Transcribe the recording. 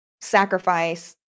sacrifice